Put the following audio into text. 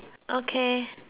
okay